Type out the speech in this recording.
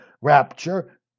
rapture